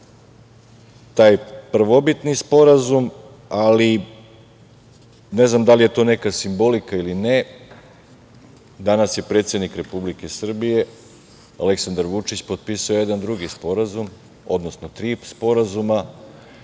taj prvobitni sporazum, ali ne znam da li je to neka simbolika ili ne, danas je predsednik Republike Srbije Aleksandar Vučić potpisao tri sporazuma i smatram